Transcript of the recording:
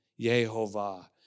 Yehovah